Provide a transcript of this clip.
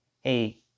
hey